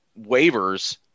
waivers